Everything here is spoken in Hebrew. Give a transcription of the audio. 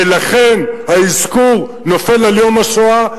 ולכן האזכור נופל על יום השואה,